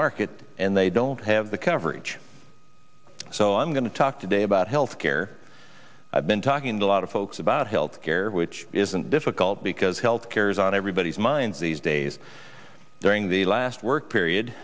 market and they don't have the coverage so i'm going to talk today about health care i've been talking to a lot of folks about health care which isn't difficult because health care is on everybody's minds these days during the last work period